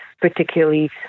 particularly